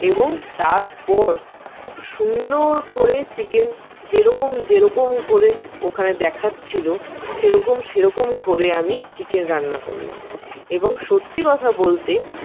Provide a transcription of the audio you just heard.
এবং তারপর খুব সুন্দর করে চিকেন যেরকম যেরকম করে ওখানে দেখাচ্ছিলো সেরকম সেরকম করে আমি চিকেন রান্না করলাম এবং সত্যি কথা বলতে